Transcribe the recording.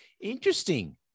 interesting